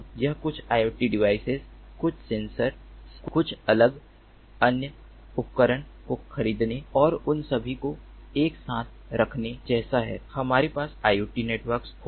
यह कुछ IoT devices कुछ सेंसर्स कुछ अलग अन्य उपकरण को खरीदने और उन सभी को एक साथ रखने जैसा नहीं है हमारे पास IoT नेटवर्क होगा